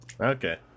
Okay